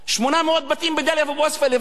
800 בתים בדאליה ובעוספיא לבד.